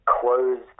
closed